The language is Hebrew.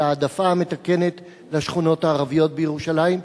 על ההעדפה המתקנת לשכונות הערביות בירושלים.